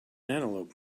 antelope